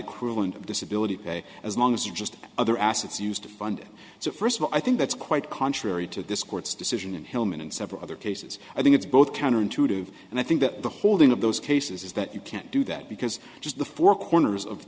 equivalent of disability as long as you just other assets used to fund so first of all i think that's quite contrary to this court's decision in helman and several other cases i think it's both counterintuitive and i think that the holding of those cases is that you can't do that because just the four corners of